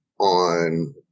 on